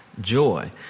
Joy